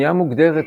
שנייה מוגדרת